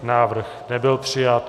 Návrh nebyl přijat.